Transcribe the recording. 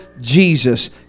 Jesus